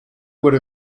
would